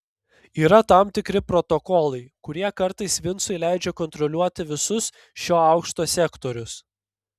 yra tam tikri protokolai kurie kartais vincui leidžia kontroliuoti visus šio aukšto sektorius